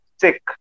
sick